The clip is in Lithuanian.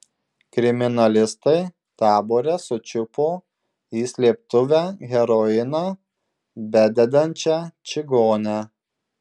kriminalistai tabore sučiupo į slėptuvę heroiną bededančią čigonę